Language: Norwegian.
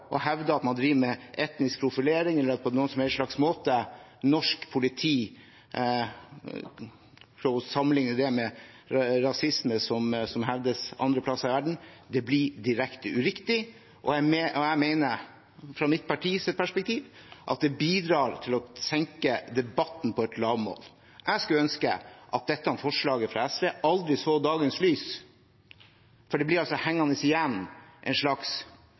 at man driver med etnisk profilering eller på noen som helst slags måte prøve å sammenligne norsk politi med den rasismen som hevdes andre steder i verden, blir direkte uriktig. Jeg mener, fra mitt partis perspektiv, at det bidrar til å senke debatten til et lavmål. Jeg skulle ønske at dette forslaget fra SV aldri så dagens lys, for det blir hengende igjen et slags